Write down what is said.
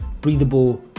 breathable